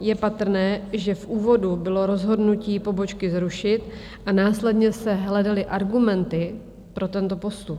Je patrné, že v úvodu bylo rozhodnutí pobočky zrušit a následně se hledaly argumenty pro tento postup.